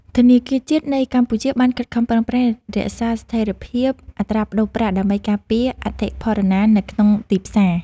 ធនាគារជាតិនៃកម្ពុជាបានខិតខំប្រឹងប្រែងរក្សាស្ថិរភាពអត្រាប្តូរប្រាក់ ដើម្បីការពារអតិផរណានៅក្នុងទីផ្សារ។